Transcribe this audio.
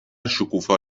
شکوفا